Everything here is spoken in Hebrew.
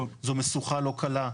זו משוכה לא קלה.